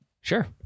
Sure